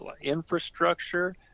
infrastructure